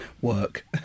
Work